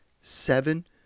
Seven